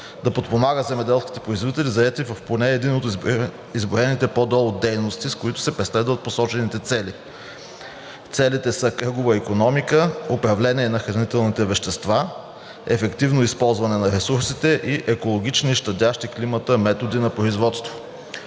да подпомага земеделските производители, заети в поне една от изброените по-долу дейности, с които се преследват посочените цели. Целите са: кръгова икономика; управление на хранителните вещества; ефективно използване на ресурсите; екологични и щадящи климата методи за производство.“